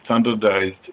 standardized